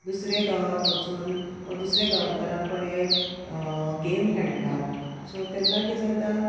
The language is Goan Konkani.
दुसरे गांवांत वचून वा दुसऱ्या गांवकारां कोडे गेम हेळटा सो तेन्ना किदें जाता